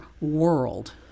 world